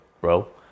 bro